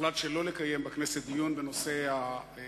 הוחלט שלא לקיים בכנסת דיון בנושא הידיעות